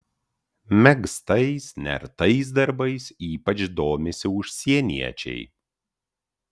megztais nertais darbais ypač domisi užsieniečiai